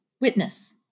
witness